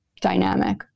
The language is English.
dynamic